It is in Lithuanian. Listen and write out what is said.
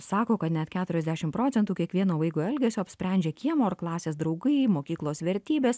sako kad net keturiasdešim procentų kiekvieno vaiko elgesio apsprendžia kiemo ar klasės draugai mokyklos vertybės